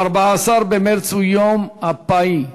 ה-14 במרס הוא גם "יום הפאי",